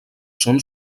són